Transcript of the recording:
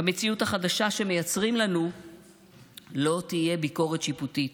במציאות החדשה שמייצרים לנו לא תהיה ביקורת שיפוטית.